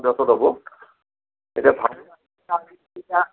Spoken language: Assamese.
ন দহত হ'ব এতিয়া